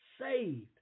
saved